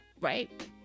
right